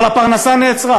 אבל הפרנסה נעצרה.